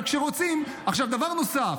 דבר נוסף